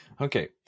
Okay